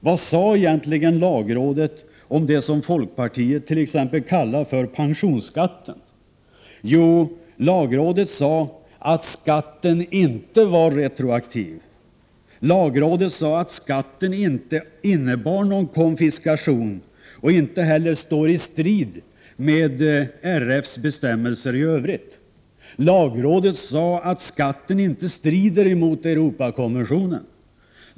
Vad sade egentligen lagrådet om det som folkpartiet kallar för pensionsskatten? Jo, lagrådet sade att skatten inte var retroaktiv. Lagrådet sade att skatten inte innebar någon konfiskation och inte heller står i strid med RF:s bestämmelser i övrigt. Lagrådet sade att skatten inte strider mot Europakonventionen.